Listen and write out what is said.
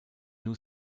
new